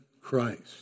Christ